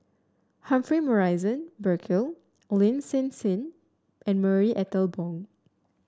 Humphrey Morrison Burkill Lin Hsin Hsin and Marie Ethel Bong